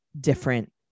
different